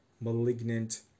malignant